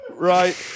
Right